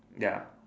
ya